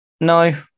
No